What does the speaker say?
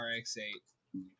RX-8